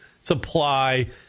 supply